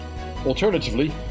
Alternatively